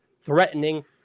threatening